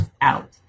out